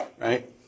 right